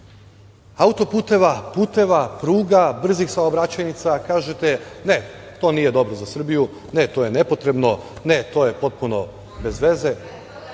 auto-puteva, puteva, pruga, brzih saobraćajnica, kažete - ne, to nije dobro za Srbiju, ne, to je nepotrebno, ne, to je potpuno bez veze,